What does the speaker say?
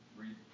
read